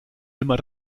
immer